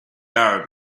arab